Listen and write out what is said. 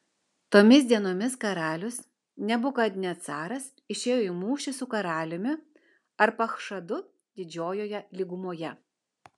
tomis dienomis karalius nebukadnecaras išėjo į mūšį su karaliumi arpachšadu didžiojoje lygumoje